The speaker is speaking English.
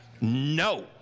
No